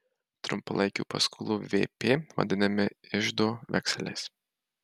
trumpalaikių paskolų vp vadinami iždo vekseliais